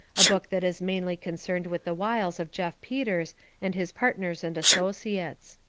a book that is mainly con cerned with the wiles of jeff peters and his partners and associates.